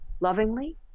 lovingly